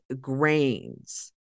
grains